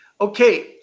Okay